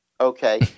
Okay